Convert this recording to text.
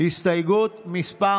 הסתייגות מס'